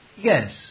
yes